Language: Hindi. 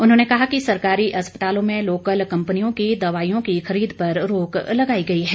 उन्होंने कहा कि सरकारी अस्पतालों में लोकल कंपनियों की दवाईयों की खरीद पर रोक लगाई गई है